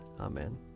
Amen